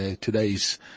today's